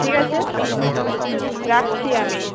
ঠিক আছে রাখছি আমি